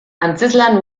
antzezlan